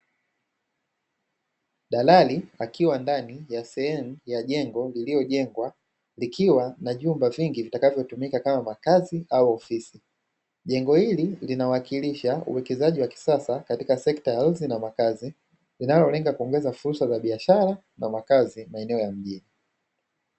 Dalali akiwa ndani ya sehemu jengo lililojengwa likiwa na vyumba vingi vitakavyotumika kama makazi au ofisi. Jengo hili linawakilisha uwekezaji wa kisasa katika sekta ya ardhi na makazi inayolenga kuongeza fursa za biashara na makazi maeneo ya mjini.